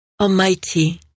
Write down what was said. Almighty